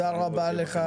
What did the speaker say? תודה רבה לך,